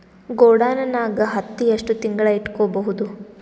ಗೊಡಾನ ನಾಗ್ ಹತ್ತಿ ಎಷ್ಟು ತಿಂಗಳ ಇಟ್ಕೊ ಬಹುದು?